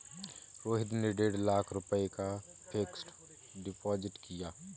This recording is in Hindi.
रोहित ने डेढ़ लाख रुपए का फ़िक्स्ड डिपॉज़िट किया